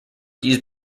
used